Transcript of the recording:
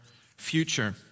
future